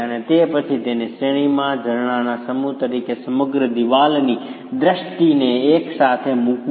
અને પછી તેને શ્રેણીમાં ઝરણાના સમૂહ તરીકે સમગ્ર દિવાલની દ્રષ્ટિએ એકસાથે મૂકવું